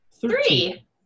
Three